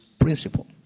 principle